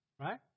right